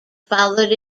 followed